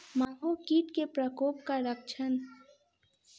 माहो कीट केँ प्रकोपक लक्षण?